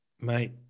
mate